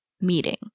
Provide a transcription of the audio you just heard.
meeting